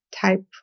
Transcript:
type